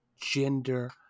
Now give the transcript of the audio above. gender